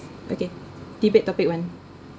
okay debate topic one